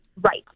right